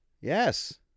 Yes